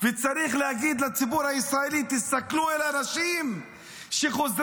וצריך להגיד לציבור הישראלי: תסתכלו על האנשים שחוזרים.